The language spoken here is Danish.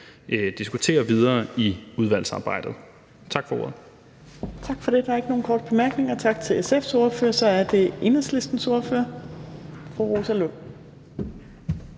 Fjerde næstformand (Trine Torp): Tak for det. Der er ikke nogen korte bemærkninger. Tak til SF's ordfører. Så er det Enhedslistens ordfører, fru Rosa Lund.